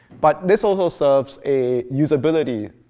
but this also serves a usability